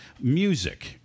music